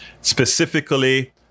specifically